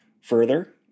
further